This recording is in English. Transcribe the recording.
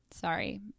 Sorry